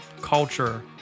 culture